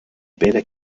beta